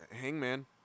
Hangman